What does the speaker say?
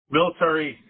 military